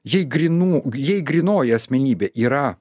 jei grynų jei grynoji asmenybė yra